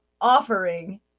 offering